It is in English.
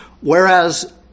Whereas